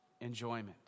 enjoyment